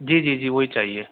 جی جی جی وہی چاہیے